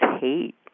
hate